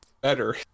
better